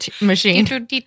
machine